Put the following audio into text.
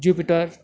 jupiter